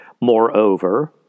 Moreover